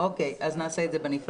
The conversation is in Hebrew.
טוב, נעשה את זה בנפרד.